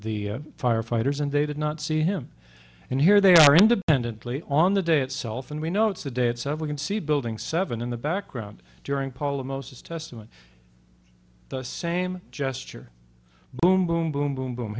the firefighters and they did not see him and here they are independently on the day itself and we know it's the dates of we can see building seven in the background during paula mosis testament the same gesture boom boom boom boom boom